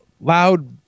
Loud